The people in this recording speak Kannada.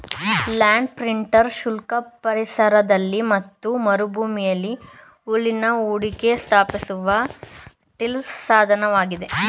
ಲ್ಯಾಂಡ್ ಪ್ರಿಂಟರ್ ಶುಷ್ಕ ಪರಿಸರದಲ್ಲಿ ಮತ್ತು ಮರುಭೂಮಿಲಿ ಹುಲ್ಲಿನ ಹೊದಿಕೆ ಸ್ಥಾಪಿಸುವ ಟಿಲ್ ಸಾಧನವಾಗಿದೆ